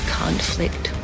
conflict